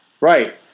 right